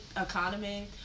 economy